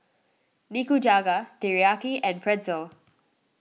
Nikujaga Teriyaki and Pretzel